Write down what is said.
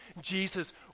Jesus